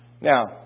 now